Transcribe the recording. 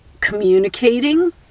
Communicating